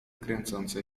kręcące